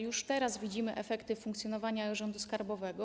Już teraz widzimy efekty funkcjonowania e-Urzędu Skarbowego.